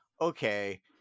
okay